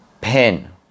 Pen